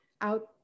out